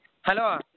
Hello